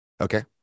okay